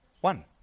One